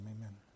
amen